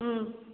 ꯎꯝ